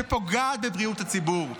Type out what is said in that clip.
שפוגעת בבריאות הציבור.